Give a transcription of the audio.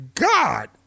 God